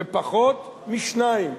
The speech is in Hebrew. בפחות משניים.